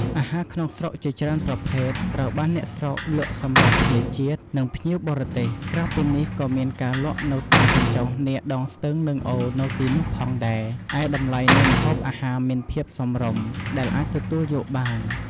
អាហារក្នុងស្រុកជាច្រើនប្រភេទត្រូវបានអ្នកស្រុកលក់សម្រាប់ ភ្ញៀវជាតិ និងភ្ញៀវបរទេស ក្រៅពីនេះក៏មានការលក់នៅតាមកញ្ចុះនាដងស្ទឹងនឹងអូរនៅទីនោះផងដែរ ឯតម្លៃនៃម្ហូបអាហារមានភាពសមរម្យដែលអាចទទួលយកបាន។